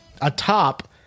atop